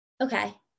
okay